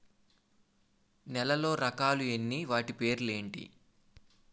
నేలలో రకాలు ఎన్ని వాటి పేర్లు ఏంటి?